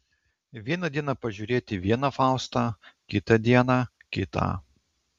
vieną dieną pažiūrėti vieną faustą kitą dieną kitą